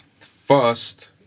first